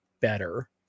better